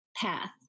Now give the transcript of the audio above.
path